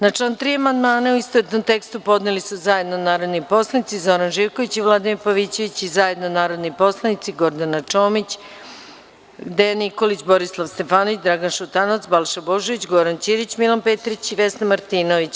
Na član 3. amandmane, u istovetnom tekstu, podneli su zajedno narodni poslanici Zoran Živković i Vladimir Pavićević i zajedno narodni poslanici Gordana Čomić, Dejan Nikolić, Borislav Stefanović, Dragan Šutanovac, Balša Božović, Goran Ćirić, Milan Petrić i Vesna Martinović.